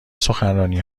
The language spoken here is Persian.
سخنرانی